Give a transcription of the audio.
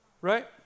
right